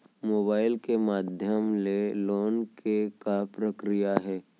Mobile के माधयम ले लोन के का प्रक्रिया हे?